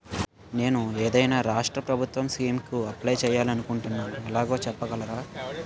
నేను ఏదైనా రాష్ట్రం ప్రభుత్వం స్కీం కు అప్లై చేయాలి అనుకుంటున్నా ఎలాగో చెప్పగలరా?